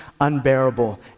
unbearable